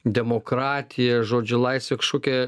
demokratija žodžiu laisvė kažkokia